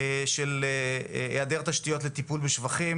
של היעדר תשתיות לטיפול בשפכים,